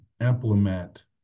implement